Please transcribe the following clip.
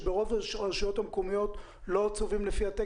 שברוב הרשויות המקומיות לא צובעים לפיו?